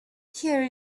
here